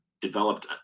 developed